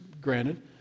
granted